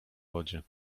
wodzie